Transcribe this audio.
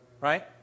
Right